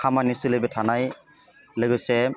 खामानि सोलिबाय थानाय लोगोसे